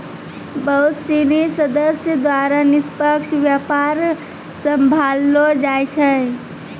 बहुत सिनी सदस्य द्वारा निष्पक्ष व्यापार सम्भाललो जाय छै